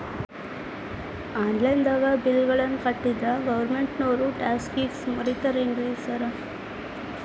Online ದಾಗ bill ಗಳನ್ನಾ ಕಟ್ಟದ್ರೆ ಗೋರ್ಮೆಂಟಿನೋರ್ ಟ್ಯಾಕ್ಸ್ ಗೇಸ್ ಮುರೇತಾರೆನ್ರಿ ಸಾರ್?